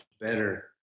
better